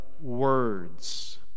words